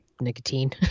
nicotine